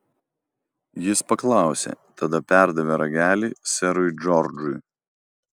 jis paklausė tada perdavė ragelį serui džordžui